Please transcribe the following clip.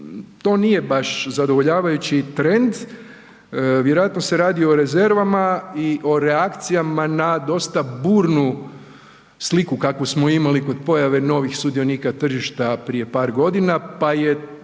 to nije baš zadovoljavajući trend, vjerojatno se radi o rezervama i o reakcijama na dosta burnu sliku kakvu smo imali kod pojave novih sudionika tržišta prije par godina, pa je